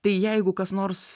tai jeigu kas nors